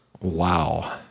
Wow